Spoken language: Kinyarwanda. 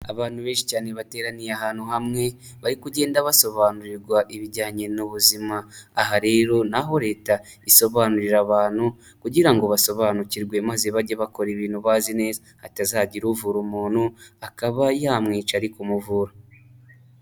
Abantu benshi cyane bateraniye ahantu hamwe bari kugenda basobanurirwa ibijyanye n'ubuzima aha rero naho leta isobanurira abantu kugira ngo basobanukirwe maze bajye bakora ibintu bazi neza atazagira uvura umuntu akaba yamwica ariko umuvura.